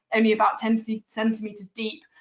i mean about ten so centimeters deep.